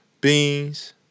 Beans